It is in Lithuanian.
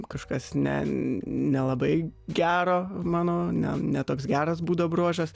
kažkas ne nelabai gero mano ne ne toks geras būdo bruožas